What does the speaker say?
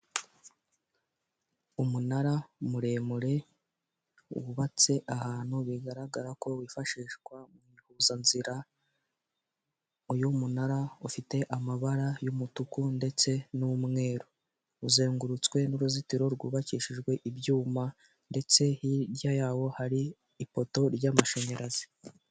Umunara muremure wubatse ahantu bigaragara ko wifashishwa mu ihuzanzira y'umunara ufite amabara y'umutuku ndetse n'umweru uzengurutswe n'uruzitiro rwubakishijwe ibyuma ndetse hirya yawo hari ipoto ry'amashanyarazi.